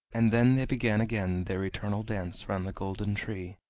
and then they began again their eternal dance round the golden tree,